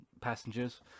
passengers